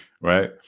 right